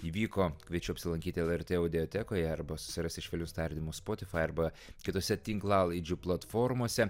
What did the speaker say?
įvyko kviečiu apsilankyti lrt audiatekoje arba susirasi švelius tardymus spotifai arba kitose tinklalaidžių platformose